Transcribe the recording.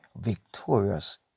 victorious